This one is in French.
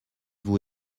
vous